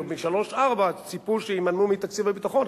משלוש-ארבע ציפו שיממנו מתקציב הביטחון,